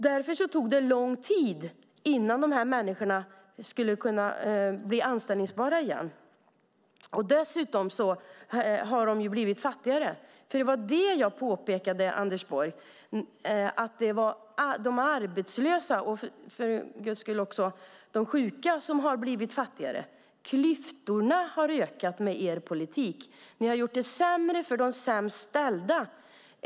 Därför tog det lång tid innan dessa människor kunde bli anställbara igen. Dessutom har de blivit fattigare. Det var det jag påpekade, Anders Borg, att det är de arbetslösa och de sjuka som blivit fattigare. Klyftorna har ökat med er politik. Ni har gjort det sämre för de sämst ställda.